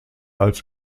als